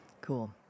Cool